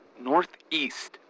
Northeast